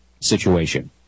situation